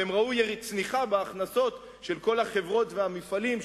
והם ראו צניחה בהכנסות של כל החברות והמפעלים,